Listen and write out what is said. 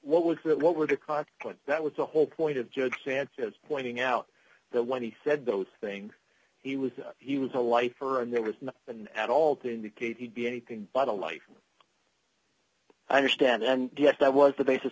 what was that what were the cause but that was the whole point of judge sanchez pointing out that when he said those things he was he was a lifer and there was not an at all to indicate he'd be anything but a life i understand and yes that was the basis